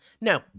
No